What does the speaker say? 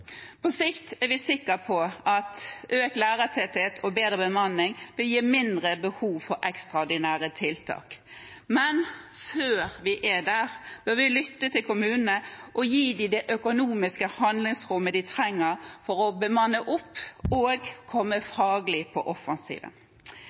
På sikt er vi sikre på at økt lærertetthet og bedre bemanning gir mindre behov for ekstraordinære tiltak. Men før vi er der, bør vi lytte til kommunene og gi dem det økonomiske handlingsrommet de trenger for å bemanne opp og faglig komme